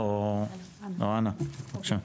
או אנה, בבקשה.